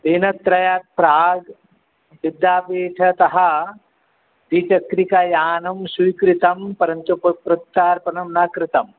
दिनत्रयात् प्राग् बिद्दापीठतः दिचक्रिकायानं स्वीकृतं परन्तु प प्रत्यार्पणं न कृतं